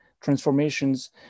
transformations